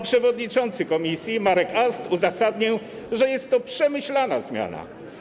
Przewodniczący komisji Marek Ast stwierdził, że jest to przemyślana zmiana.